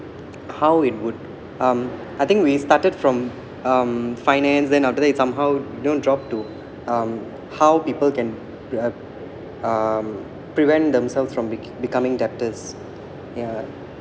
how it would um I think we started from um finance then after that somehow you know drop to um how people can uh um prevent themselves from becoming debtors ya